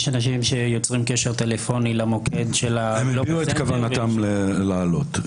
יש אנשים שיוצרים קשר טלפוני למוקד של --- הם הביעו את כוונתם לעלות,